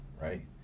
right